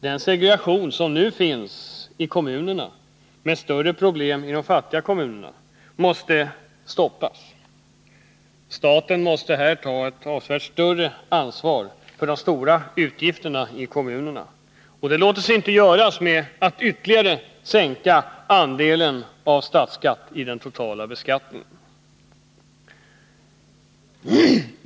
Den segregation som nu finns mellan kommunerna, med större problem i de fattiga kommunerna, måste stoppas. Staten måste ta ett avsevärt större ansvar för de stora utgifterna i kommunerna, och det låter sig inte göras med en ytterligare sänkning av andelen statsskatt i den totala beskattningen.